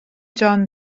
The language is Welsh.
john